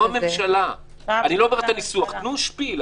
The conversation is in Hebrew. תנו שפיל.